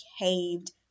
behaved